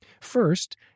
First